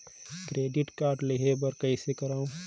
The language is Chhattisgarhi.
क्रेडिट कारड लेहे बर कइसे करव?